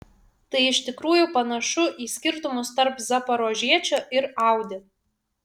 tai iš tikrųjų panašu į skirtumus tarp zaporožiečio ir audi